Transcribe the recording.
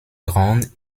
grandes